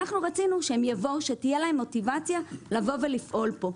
רצינו שתהיה להם מוטיבציה לפעול פה,